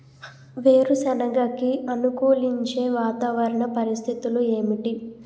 వేరుసెనగ కి అనుకూలించే వాతావరణ పరిస్థితులు ఏమిటి?